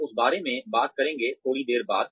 हम उस बारे में बात करेंगे थोड़ी देर बाद